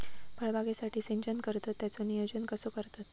फळबागेसाठी सिंचन करतत त्याचो नियोजन कसो करतत?